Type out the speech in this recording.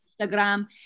Instagram